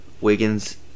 Wiggins